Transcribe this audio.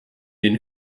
den